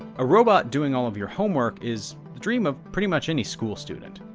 a robot doing all of your homework is the dream of pretty much any school student,